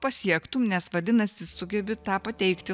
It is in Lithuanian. pasiektum nes vadinasi sugebi tą pateikti